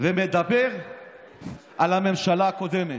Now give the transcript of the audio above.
ומדבר על הממשלה הקודמת.